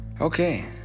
okay